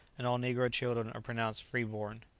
and all negro children are pronounced free-born.